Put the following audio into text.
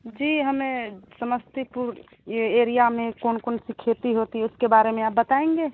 जी हमें समस्तीपुर यह एरिया में कौन कौन सी खेती होती है उसके बारे में आप बताएँगे